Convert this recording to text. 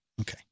Okay